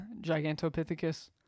Gigantopithecus